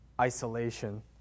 isolation